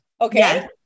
Okay